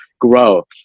grow